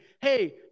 hey